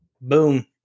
boom